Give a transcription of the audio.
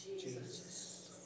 Jesus